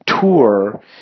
tour